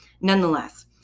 nonetheless